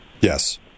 Yes